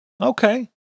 Okay